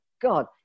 God